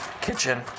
kitchen